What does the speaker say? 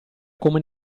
come